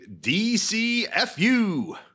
DCFU